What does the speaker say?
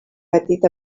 patit